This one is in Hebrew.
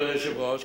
אדוני היושב-ראש,